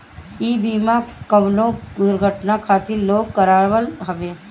इ बीमा कवनो दुर्घटना खातिर लोग करावत हवे